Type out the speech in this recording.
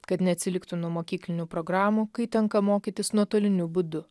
kad neatsiliktų nuo mokyklinių programų kai tenka mokytis nuotoliniu būdu